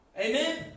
Amen